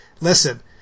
listen